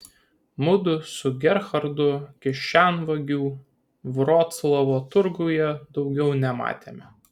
mudu su gerhardu kišenvagių vroclavo turguje daugiau nematėme